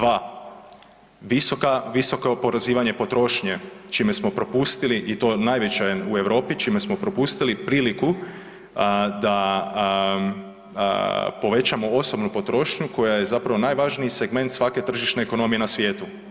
2, visoka oporezivanja potrošnje, čime smo propustili i to najveća u Europi, čime smo propustili priliku da povećamo osobnu potrošnju koja je zapravo najvažniji segment svake tržišne ekonomije na svijetu.